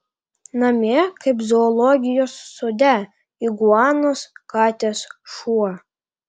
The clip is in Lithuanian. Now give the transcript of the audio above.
namie kaip zoologijos sode iguanos katės šuo